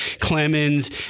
Clemens